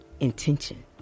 intention